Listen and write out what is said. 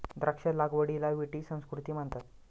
द्राक्ष लागवडीला विटी संस्कृती म्हणतात